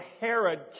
Herod